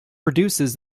produces